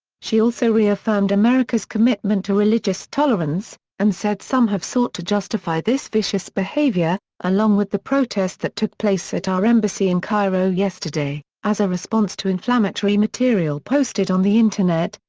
she also reaffirmed america's commitment to religious tolerance and said some have sought to justify this vicious behavior, along with the protest that took place at our embassy in cairo yesterday, as a response to inflammatory material posted on the internet,